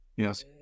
Yes